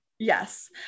yes